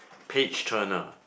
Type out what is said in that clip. page turner